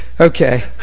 Okay